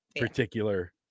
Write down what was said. particular